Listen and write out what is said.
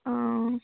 অঁ